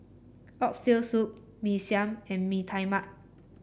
Oxtail Soup Mee Siam and Mee Tai Mak